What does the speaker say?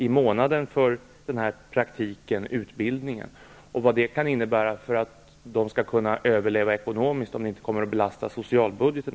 i månaden som de skulle få för praktiken eller utbildningen? Kommer man inte att behöva belasta också socialbudgeten?